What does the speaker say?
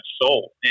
soul